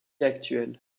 actuel